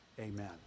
Amen